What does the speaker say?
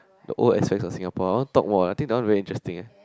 the old aspect of Singapore talk more I think the one very interesting eh